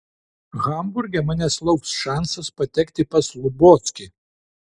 hamburge manęs lauks šansas patekti pas lubockį